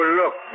look